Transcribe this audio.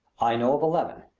i know of eleven.